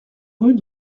rue